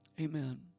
Amen